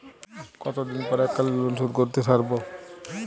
কতদিন পর এককালিন লোনশোধ করতে সারব?